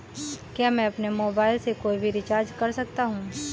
क्या मैं अपने मोबाइल से कोई भी रिचार्ज कर सकता हूँ?